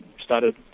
started